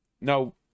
no